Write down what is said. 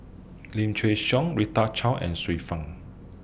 Lim Chin Siong Rita Chao and Xiu Fang